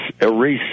erase